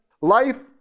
life